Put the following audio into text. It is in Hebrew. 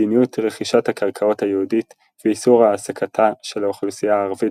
מדיניות רכישת הקרקעות היהודית ואיסור העסקתה של האוכלוסייה הערבית